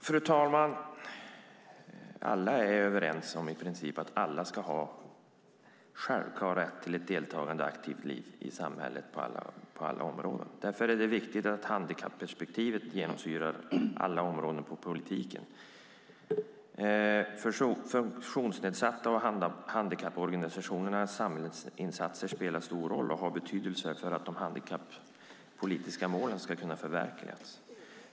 Fru talman! I princip alla är överens om att alla ska ha en självklar rätt till ett deltagande och aktivt liv i samhället på alla områden. Därför är det viktigt att handikapperspektivet genomsyrar alla områden inom politiken. De funktionsnedsattas och handikapporganisationernas samhällsinsatser spelar stor roll och har betydelse för att de handikappolitiska målen ska kunna förverkligas.